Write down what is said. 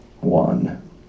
one